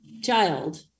child